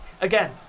Again